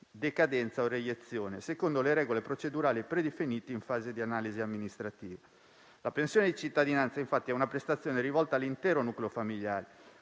decadenza o reiezione, secondo le regole procedurali e predefinite in fase di analisi amministrativa. La pensione di cittadinanza, infatti, è una prestazione rivolta all'intero nucleo familiare.